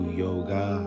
yoga